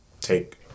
take